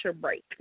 break